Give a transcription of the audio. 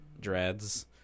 dreads